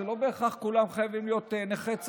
לא בהכרח כולם חייבים להיות נכי צה"ל.